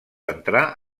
entrar